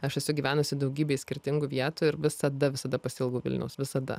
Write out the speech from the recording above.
aš esu gyvenusi daugybėj skirtingų vietų ir visada visada pasiilgau vilniaus visada